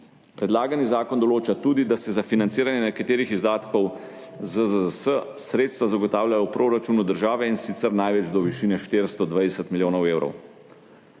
Predlagani zakon določa tudi, da se za financiranje nekaterih izdatkov ZZZS sredstva zagotavljajo v proračunu države, in sicer največ do višine 420 milijonov evrov.